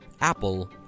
Apple